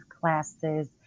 classes